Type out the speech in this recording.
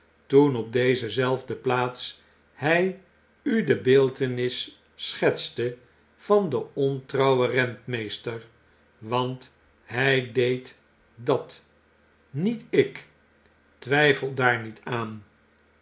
toen op deze zelfde plaats hij u de beeltenis schetste van den ontrouwen rentmeester want hy deed dat niet il twyfel daar niet aan